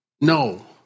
No